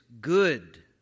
good